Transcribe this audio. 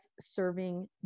serving